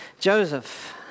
Joseph